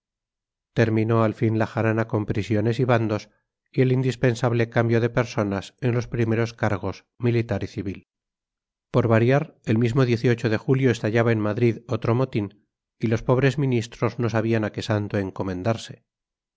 terminó al fin la jarana con prisiones y bandos y el indispensable cambio de personas en los primeros cargos militar y civil por variar el mismo de julio estallaba en madrid otro motín y los pobres ministros no sabían a qué santo encomendarse